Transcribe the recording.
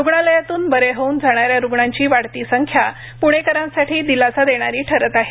रुग्णालयातून बरे होऊन जाणाऱ्या रुग्णांची वाढती संख्या प्णेकरांसाठी दिलासा देणारी ठरत आहे